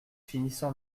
finissant